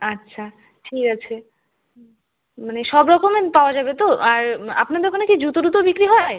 আচ্ছা ঠিক আছে হুম মানে সব রকমের পাওয়া যাবে তো আর আপনাদের ওখানে কি জুতো টুতো বিক্রি হয়